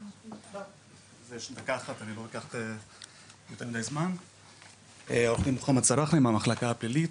עורך דין מוחמד סראחנה מהמחלקה הפלילית,